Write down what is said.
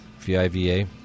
V-I-V-A